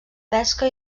pesca